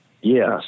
Yes